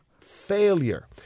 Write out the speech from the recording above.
failure